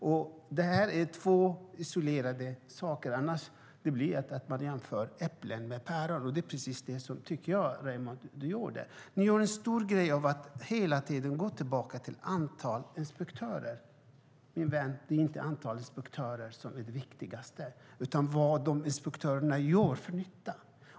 Vi talar här om två isolerade saker, annars jämför vi äpplen och päron. Det är vad jag tycker att Raimo gjorde. Ni gör en stor grej av att hela tiden gå tillbaka till antalet inspektörer. Min vän! Det är inte antalet inspektörer som är viktigast utan vad inspektörerna gör för nytta.